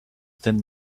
thin